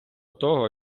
того